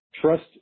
Trust